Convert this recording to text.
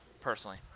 personally